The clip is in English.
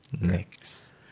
next